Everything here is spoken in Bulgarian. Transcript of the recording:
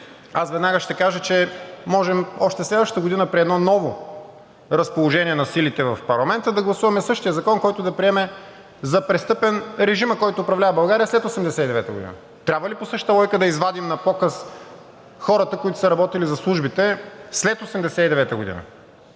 Аз веднага ще кажа, че можем още следващата година при едно ново разположение на силите в парламента да гласуваме същия закон, който да приеме за престъпен режима, който управлява България след 1989 г. Трябва ли по същата логика да извадим на показ хората, които са работили за Службите след 1989 г.?